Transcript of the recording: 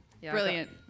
Brilliant